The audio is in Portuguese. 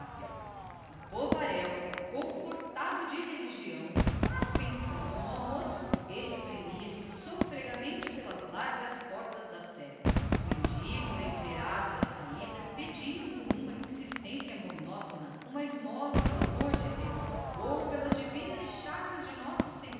o povo confortado de religião mas estalando pelo almoço espremia se sôfrego pelas largas portas da matriz mendigos alinhados à saída pediam com chorosa insistência uma esmola pelo amor de deus ou pelas divinas chagas de nosso